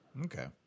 Okay